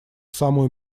самую